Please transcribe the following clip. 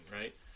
right